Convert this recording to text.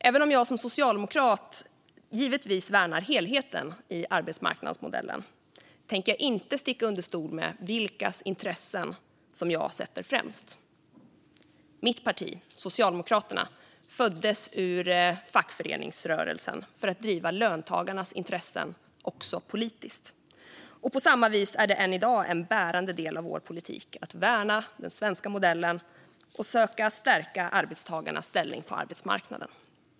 Även om jag som socialdemokrat givetvis värnar helheten i arbetsmarknadsmodellen tänker jag inte sticka under stol med vilkas intressen jag sätter främst. Mitt parti Socialdemokraterna föddes ur fackföreningsrörelsen för att driva löntagarnas intressen också politiskt, och på samma vis är det än i dag en bärande del av vår politik att värna den svenska modellen och söka stärka arbetstagarnas ställning på arbetsmarknaden.